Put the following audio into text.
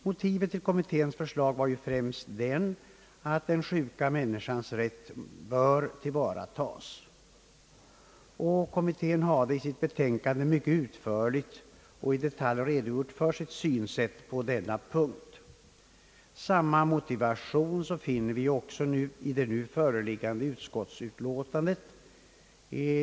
Motivet till kommitténs förslag var främst att den sjuka människans rätt bör tillvaratas. Kommittén har i sitt betänkande mycket utförligt och detaljerat redogjort för sitt synsätt på denna punkt. Samma motivation finner vi också i det nu föreliggande utskottsutlåtandet.